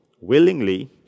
willingly